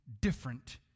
different